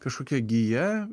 kažkokia gija